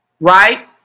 Right